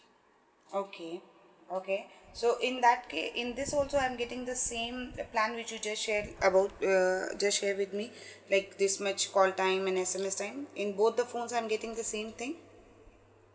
okay okay so in that ca~ in these both two I'm getting the same plan which you just share about err just share with me like this much call time and S_M_S time in both the phone type I'm getting the same thing